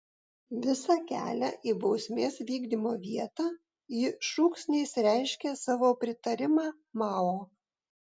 visą kelią į bausmės vykdymo vietą ji šūksniais reiškė savo pritarimą mao